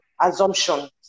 assumptions